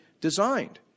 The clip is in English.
designed